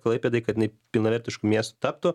klaipėdai kad jinai pilnavertišku miestu taptų